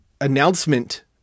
announcement